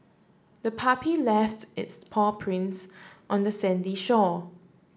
the puppy left its paw prints on the sandy shore